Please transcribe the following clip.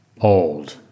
old